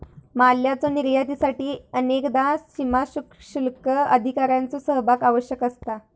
मालाच्यो निर्यातीसाठी अनेकदा सीमाशुल्क अधिकाऱ्यांचो सहभाग आवश्यक असता